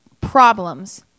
problems